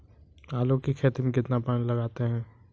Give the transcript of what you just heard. आलू की खेती में कितना पानी लगाते हैं?